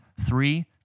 Three